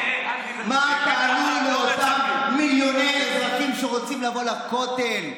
מה תעני לאותם מיליוני אזרחים שרוצים לבוא לכותל,